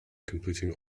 completing